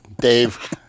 Dave